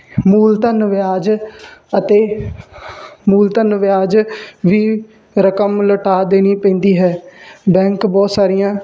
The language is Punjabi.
ਮੂਲਧਨ ਵਿਆਜ ਅਤੇ ਮੂਲਧਨ ਵਿਆਜ ਵੀ ਰਕਮ ਲੋਟਾ ਦੇਣੀ ਪੈਂਦੀ ਹੈ ਬੈਂਕ ਬਹੁਤ ਸਾਰੀਆਂ